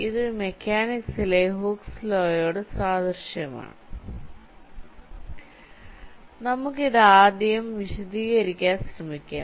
ഇത് മെക്കാനിക്സിലെ Hooke's law യോട് സാദൃശ്യമാണ് നമുക്ക് ഇത് ആദ്യം വിശദീകരിക്കാൻ ശ്രമിക്കാം